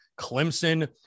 Clemson